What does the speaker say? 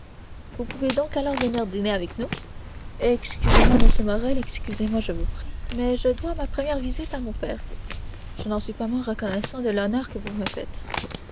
vous pouvez donc alors venir dîner avec nous excusez-moi monsieur morrel excusez-moi je vous prie mais je dois ma première visite à mon père je n'en suis pas moins reconnaissant de l'honneur que vous me faites